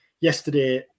yesterday